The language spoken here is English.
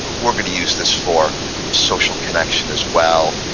we're going to use this for social connection as well,